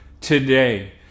today